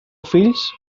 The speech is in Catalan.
fills